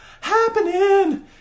happening